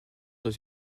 dans